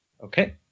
Okay